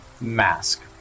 mask